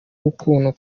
gukundwa